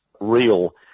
real